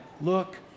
look